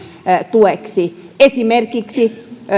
tueksi esimerkiksi